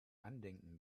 andenken